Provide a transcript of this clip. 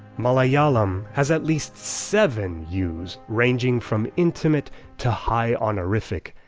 malayalam has at least seven yous ranging from intimate to high honorific,